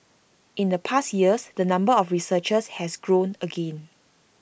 in the past years the number of researchers has grown again